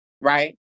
right